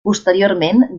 posteriorment